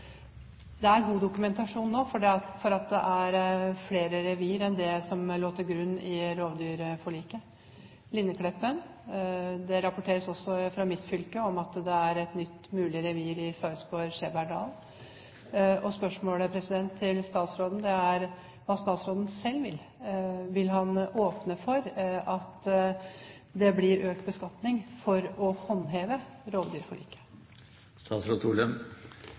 er nå god dokumentasjon på at det er flere revir enn det som lå til grunn i rovdyrforliket, f.eks. Linnekleppen-reviret. Det rapporteres også fra mitt fylke om at det er et nytt mulig revir i Sarpsborg, i Skjebergdalen, og spørsmålet til statsråden er hva statsråden selv vil. Vil han åpne for at det blir økt beskatning for å håndheve